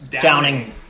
Downing